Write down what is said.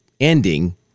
ending